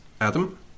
Adam